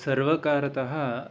सर्वकारतः